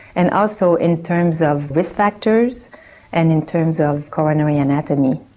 and also in terms of risk factors and in terms of coronary anatomy.